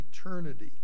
eternity